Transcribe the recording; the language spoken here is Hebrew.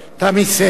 תמי סלע.